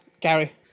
Gary